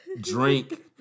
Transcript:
drink